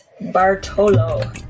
Bartolo